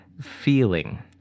feeling